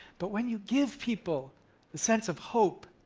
but when you give people the sense of hope,